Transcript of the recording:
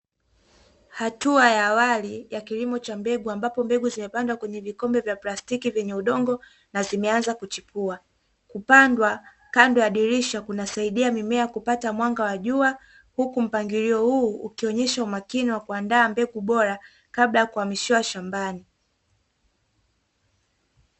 Hatua ya awali ya kilimo cha mbegu ambapo mbegu zimepandwa kwenye vikombe vya plastiki vyenye udongo, na zimeanza kuchipua. Kupandwa kando ya dirisha kunasaidia mimea kupata mwanga wa jua, huku mpangilio huu ukionyesha umakini wa kuandaa mbegu bora kabla ya kuhamishiwa shambani.